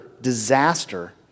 disaster